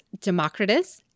Democritus